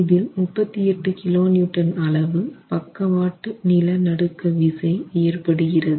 இதில் 38 kN அளவு பக்கவாட்டு நிலநடுக்க விசை ஏற்படுகிறது